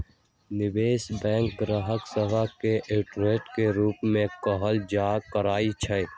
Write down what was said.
निवेश बैंक गाहक सभ के एजेंट के रूप में काज करइ छै